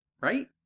Right